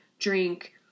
drink